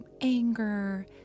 anger